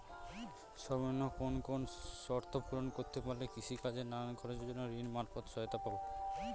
সর্বনিম্ন কোন কোন শর্ত পূরণ করতে পারলে কৃষিকাজের নানান খরচের জন্য ঋণ মারফত সহায়তা পাব?